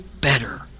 better